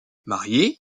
marié